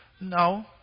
No